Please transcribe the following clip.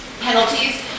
penalties